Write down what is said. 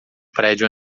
prédio